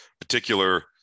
particular